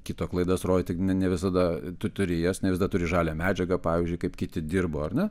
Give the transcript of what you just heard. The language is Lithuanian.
kito klaidas rodyti ne visada tu turi jas nevisada turi žalią medžiagą pavyzdžiui kaip kiti dirbo ar ne